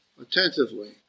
attentively